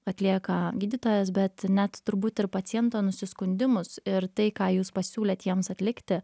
atlieka gydytojas bet net turbūt ir paciento nusiskundimus ir tai ką jūs pasiūlėt jiems atlikti